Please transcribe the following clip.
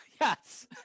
yes